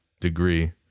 degree